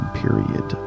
period